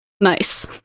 Nice